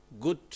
good